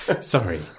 sorry